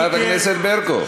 חברת הכנסת ברקו.